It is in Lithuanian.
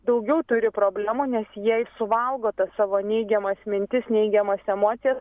daugiau turi problemų nes jie ir suvalgo tas savo neigiamas mintis neigiamas emocijas